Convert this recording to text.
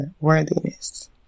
worthiness